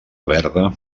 verda